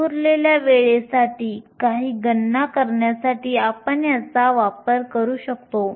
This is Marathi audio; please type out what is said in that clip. विखुरलेल्या वेळेसाठी काही गणना करण्यासाठी आपण याचा वापर करू शकतो